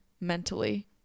mentally